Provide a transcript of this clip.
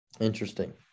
Interesting